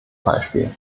beispiel